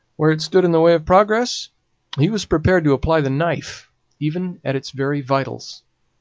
where it stood in the way of progress he was prepared to apply the knife even at its very vitals.